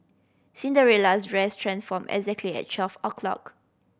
Cinderella's dress transformed exactly at twelve o'clock